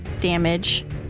damage